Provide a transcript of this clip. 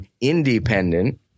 independent